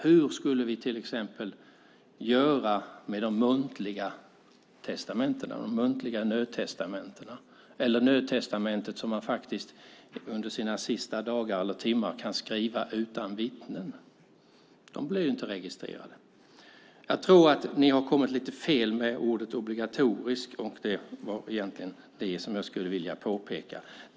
Hur skulle vi då göra med muntliga nödtestamenten eller med det nödtestamente som man under sina sista dagar eller timmar kan skriva utan vittnen? De blir inte registrerade. Jag tror att ni har kommit lite fel med ordet obligatoriskt, vilket jag ville påpeka.